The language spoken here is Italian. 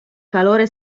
calore